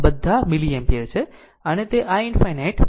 આ બધા મિલિએમ્પિયર છે